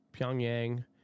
Pyongyang